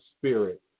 spirit